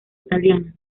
italiana